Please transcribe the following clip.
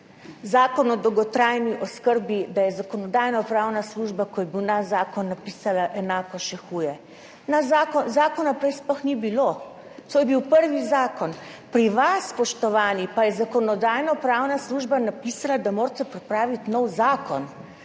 Zakon o dolgotrajni oskrbi, da je Zakonodajno-pravna služba, ko je bil naš zakon, napisala enako, še huje. Zakona prej sploh ni bilo. To je bil prvi zakon. Pri vas, spoštovani, pa je Zakonodajno-pravna služba napisala, da morate pripraviti nov zakon,